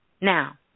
Now